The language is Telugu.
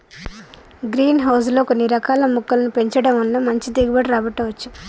గ్రీన్ హౌస్ లో కొన్ని రకాల మొక్కలను పెంచడం వలన మంచి దిగుబడి రాబట్టవచ్చు